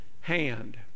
hand